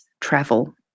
travel